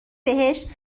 بهشت